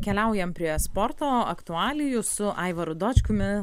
keliaujam prie sporto aktualijų su aivaru dočkumi